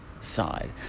side